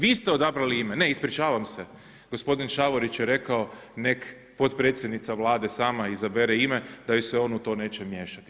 Vi ste odabrali ime, ne ispričavam se, gospodin Šavorić je rekao nek potpredsjednica Vlade sama izabere ime da joj se on u to neće miješati.